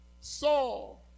Saul